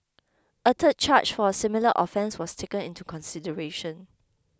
a third charge for a similar offence was taken into consideration